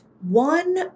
One